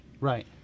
Right